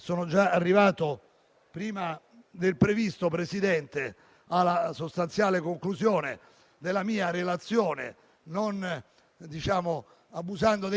che ha approvato la mia proposta, il ministro Salvini ha perseguito un interesse pubblico preminente inerente all'azione di Governo, costituito dalla gestione dei flussi migratori, anche al fine di prevenire